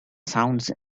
sounds